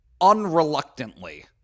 unreluctantly